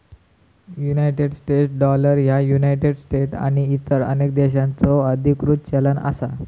United States dollar ह्या United States आणि इतर अनेक देशांचो अधिकृत चलन असा